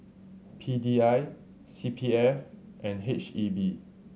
P D I C P F and H E B